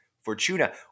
Fortuna